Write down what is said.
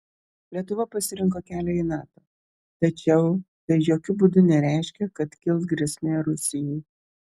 lietuva pasirinko kelią į nato tačiau tai jokiu būdu nereiškia kad kils grėsmė rusijai